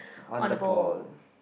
on the bowl